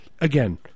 Again